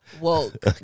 woke